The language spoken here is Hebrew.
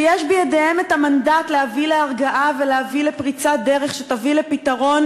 שבידיהם יש מנדט להביא להרגעה ולהביא לפריצת דרך שתביא לפתרון,